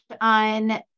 on